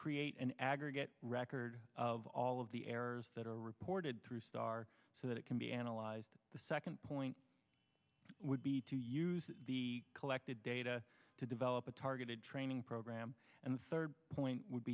create an aggregate record of all of the errors that are reported through star so that it can be analyzed the second point would be to use the collected data to develop a targeted training program and the third point would